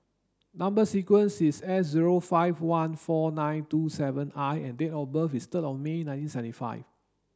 number sequence is S zero five one four nine two seven I and date of birth is third of May nineteen seventy five